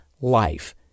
life